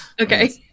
Okay